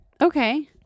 okay